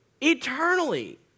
eternally